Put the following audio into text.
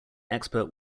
expert